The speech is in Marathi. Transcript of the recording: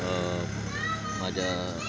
माझ्या